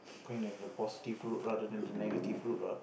going in a positive route rather than the negative route lah